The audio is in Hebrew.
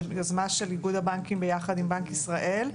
זה יוזמה של איגוד הבנקים ביחד עם בנק ישראל.